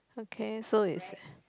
okay so is